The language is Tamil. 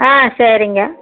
ஆ சரிங்க